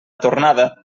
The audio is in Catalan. tornada